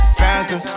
faster